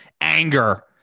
anger